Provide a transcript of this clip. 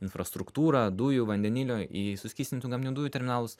infrastruktūrą dujų vandenilio į suskystintų gamtinių dujų terminalus